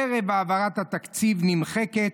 ערב העברת התקציב נמחקת,